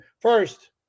First